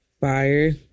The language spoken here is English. Fire